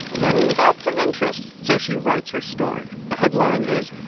then that's of interest so she writes her story. the headline is,